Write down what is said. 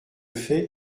fait